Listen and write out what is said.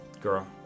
girl